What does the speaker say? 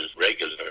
regular